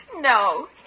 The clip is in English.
No